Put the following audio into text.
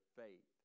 faith